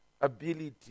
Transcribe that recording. ability